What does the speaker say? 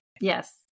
Yes